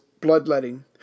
bloodletting